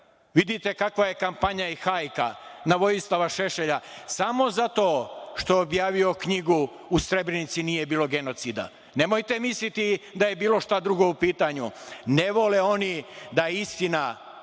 kakva je kampanja i hajka na Vojislava Šešelja, a samo zato što je objavio knjigu „U Srebrenici nije bilo genocida“. Nemojte misliti da je bilo šta drugo u pitanju. Ne vole oni da istina